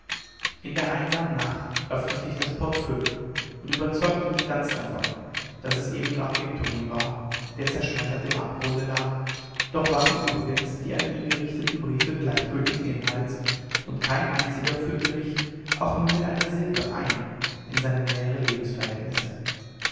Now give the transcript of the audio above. in der einsamen nacht öffnete ich das portefeuille und überzeugte mich ganz davon daß es eben graf viktorin war der zerschmettert im abgrunde lag doch waren übrigens die an ihn gerichteten briefe gleichgültigen inhalts und kein einziger führte mich nur auch mit einer silbe ein in seine nähere lebensverhältnisse